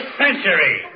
century